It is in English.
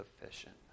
sufficient